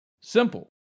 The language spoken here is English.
Simple